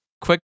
quick